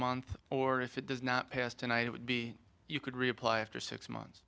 month or if it does not pass tonight it would be you could reapply after six months